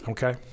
Okay